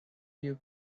you